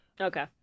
Okay